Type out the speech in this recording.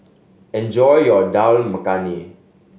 enjoy your Dal Makhani